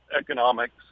economics